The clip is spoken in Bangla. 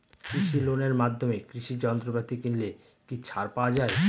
কৃষি লোনের মাধ্যমে কৃষি যন্ত্রপাতি কিনলে কি ছাড় পাওয়া যায়?